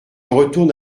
retourne